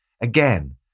Again